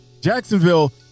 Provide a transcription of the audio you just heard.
Jacksonville